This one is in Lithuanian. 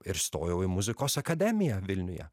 ir stojau į muzikos akademiją vilniuje